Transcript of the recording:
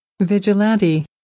vigilante